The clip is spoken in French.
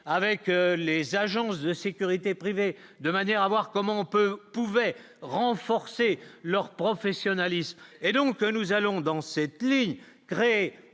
avec les agences de sécurité privées, de manière à voir comment on peut pouvait renforcer leur professionnalisme et donc nous allons dans cette ligne, crée